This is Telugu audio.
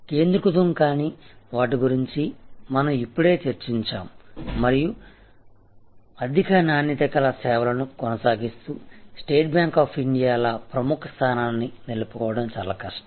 కేంద్రీకృతం కాని వాటి గురించి మనం ఇప్పుడే చర్చించాము మరియు మరియు అధిక నాణ్యత గల సేవలను కొనసాగిస్తూస్టేట్ బ్యాంక్ ఆఫ్ ఇండియా లా ప్రముఖ స్థానాన్ని నిలుపుకోవడం చాలా కష్టం